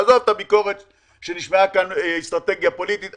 ועזוב את הביקורת שנשמעה כאן על אסטרטגיה פוליטית.